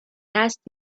asked